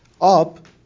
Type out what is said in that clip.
up